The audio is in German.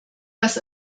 das